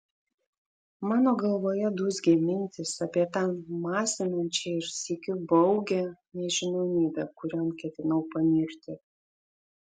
mano galvoje dūzgė mintys apie tą masinančią ir sykiu baugią nežinomybę kurion ketinau panirti